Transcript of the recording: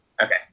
Okay